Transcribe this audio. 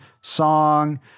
song